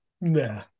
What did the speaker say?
Nah